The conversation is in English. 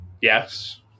Yes